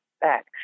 back